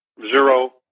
zero